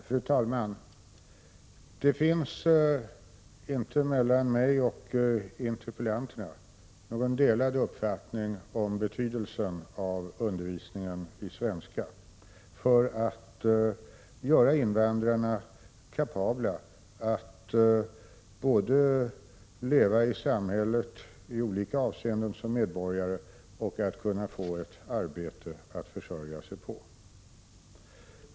Fru talman! Det finns inte någon delad uppfattning mellan mig och interpellanterna om betydelsen av undervisning i svenska för att göra invandrarna kapabla både att i olika avseenden leva i samhället som medborgare och att få ett arbete som de kan försörja sig på.